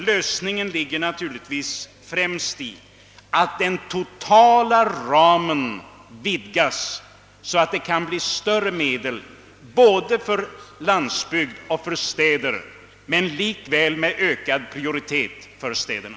Lösningen ligger naturligtvis främst däri att den totala ramen vidgas, så att det kan bli större medelstilldelning både för landsbygd och städer men med ökad prioritet för städerna.